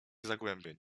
zagłębień